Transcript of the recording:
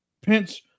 Pence